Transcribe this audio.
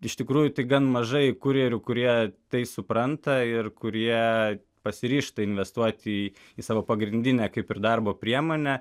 iš tikrųjų tik gan mažai kurjerių kurie tai supranta ir kurie pasiryžta investuoti į savo pagrindinę kaip ir darbo priemonę